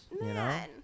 man